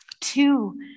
two